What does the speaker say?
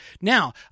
Now